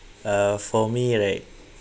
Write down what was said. uh for me right